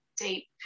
deep